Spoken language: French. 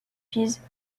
pise